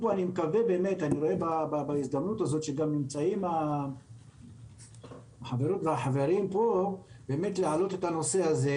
רואה בהזדמנות הזאת שנמצאים החברות והחברים פה להעלות את הנושא הזה.